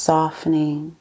Softening